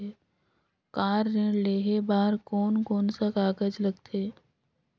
Car ऋण लेहे बार कोन कोन सा कागज़ लगथे?